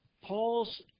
Paul's